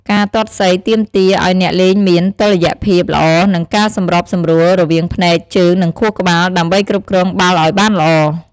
ការទាត់សីទាមទារឱ្យអ្នកលេងមាន តុល្យភាព ល្អ និងការសម្របសម្រួលរវាងភ្នែក ជើង និងខួរក្បាល ដើម្បីគ្រប់គ្រងបាល់ឲ្យបានល្អ។